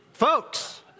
Folks